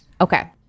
Okay